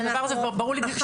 ברור לי.